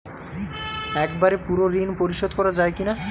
একবারে পুরো ঋণ পরিশোধ করা যায় কি না?